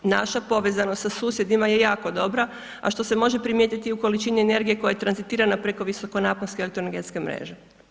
Naša povezanost sa susjedima je jako dobra a što se može primijetiti i u količini energije koja je ... preko visokonaponske elektroenergetske mreže.